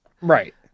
right